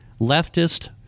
leftist